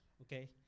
okay